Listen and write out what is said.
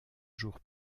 jours